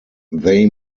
they